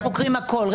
הכל.